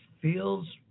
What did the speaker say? feels